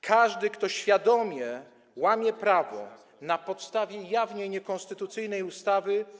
Każdy, kto świadomie łamie prawo na podstawie jawnie niekonstytucyjnej ustawy.